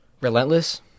Relentless